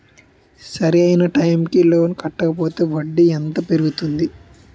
సరి అయినా టైం కి లోన్ కట్టకపోతే వడ్డీ ఎంత పెరుగుతుంది?